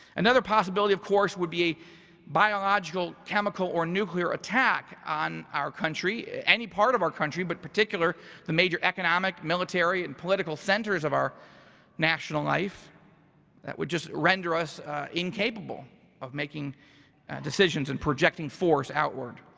another possibility of course, would be a biological, chemical or nuclear attack on our country, any part of our country, but particular the major economic military and political centers of our national life that would just render us incapable of making decisions and projecting force outward.